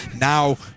now